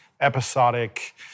episodic